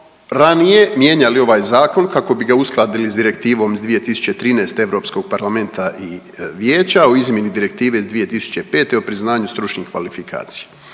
ranije mijenjali ovaj zakon kako bi ga uskladili s Direktivom iz 2013. Europskog parlamenta i Vijeća o izmjeni direktive iz 2005. o priznanju stručnih kvalifikacija.